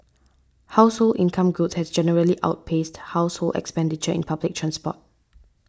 household income growth has generally outpaced household expenditure in public transport